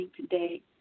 today